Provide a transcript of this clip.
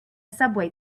subway